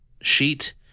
sheet